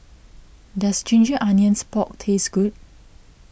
does Ginger Onions Pork taste good